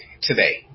today